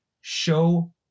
show